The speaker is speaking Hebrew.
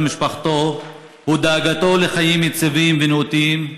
משפחתו הוא דאגתו לחיים יציבים ונאותים,